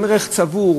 עם ערך צבור,